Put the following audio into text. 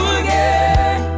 again